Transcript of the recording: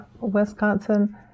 Wisconsin